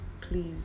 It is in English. please